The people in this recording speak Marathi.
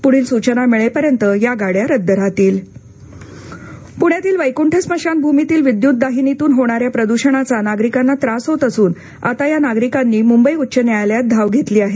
पुढील सूचना मिळेपर्यंत या गाड्या रद्द वैकंठ पुण्यातील वैकुंठ स्मशानभूमीतील विद्युत दाहिनीतून होणाऱ्या प्रदूषणाचा नागरिकांना त्रास होत असून आता या नागरिकांनी मुंबई उच्च न्यायालयात धाव घेतली आहे